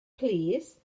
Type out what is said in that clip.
plîs